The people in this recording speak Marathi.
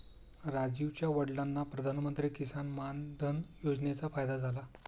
राजीवच्या वडिलांना प्रधानमंत्री किसान मान धन योजनेचा फायदा झाला